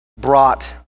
brought